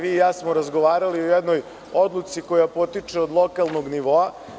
Vi i ja smo razgovarali i u jednoj odluci koja potiče od lokalnog nivoa.